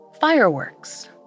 Fireworks